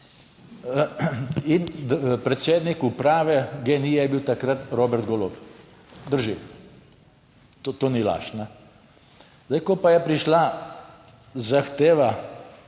in predsednik uprave GEN-I je bil takrat Robert Golob. Drži, to ni laž. Zdaj, ko pa je prišla zahteva